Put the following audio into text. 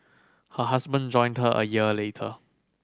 her husband joined her a year later